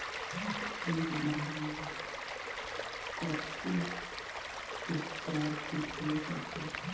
एक बीघा मे कत्ते स्क्वायर फीट होइत अछि?